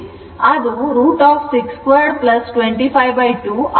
ಅದು √ 62 252 ಆಗಿದೆ